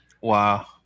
Wow